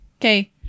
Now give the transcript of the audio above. Okay